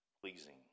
pleasing